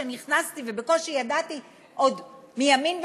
כשנכנסתי ובקושי ידעתי עוד מימין ומשמאל,